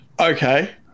okay